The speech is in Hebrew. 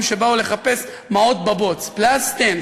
שבאו לחפש מעות בבוץ: פְּלַס טִין,